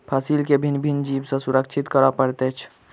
फसील के भिन्न भिन्न जीव सॅ सुरक्षित करअ पड़ैत अछि